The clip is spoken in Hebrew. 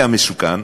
והמסוכן,